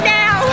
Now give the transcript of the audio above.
now